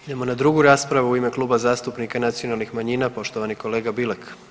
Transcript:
Idemo na drugu raspravu u ime Kluba zastupnika nacionalnih manjina poštovani kolega Bilek.